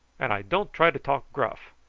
and i don't try to talk gruff.